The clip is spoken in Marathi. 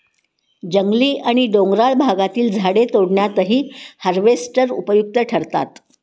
जंगली आणि डोंगराळ भागातील झाडे तोडण्यातही हार्वेस्टर उपयुक्त ठरतात